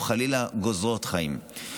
או חלילה גוזרות על חיים.